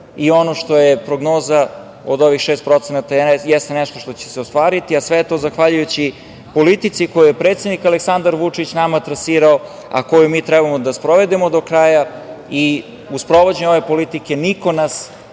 i ono što je prognoza od ovih 6% jeste nešto što će se ostvariti, a sve je to zahvaljujući politici koju predsednik Aleksandar Vučić nama trasirao, a koju mi treba da sprovedemo do kraja i u sprovođenju ove politike niko nas